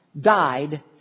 died